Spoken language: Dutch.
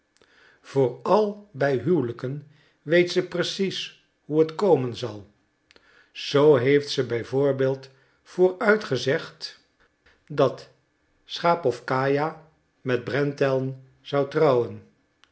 vooral bij huwelijken weet ze precies hoe het komen zal zoo heeft ze b v vooruit gezegd dat schapowkaija met brenteln zou trouwen